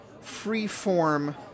free-form